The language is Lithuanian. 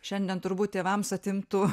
šiandien turbūt tėvams atimtų